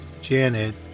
Janet